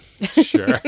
Sure